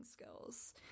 skills